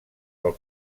pel